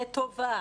לטובה.